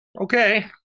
Okay